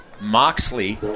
Moxley